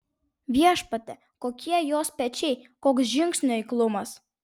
viešpatie kokie jos pečiai koks žingsnių eiklumas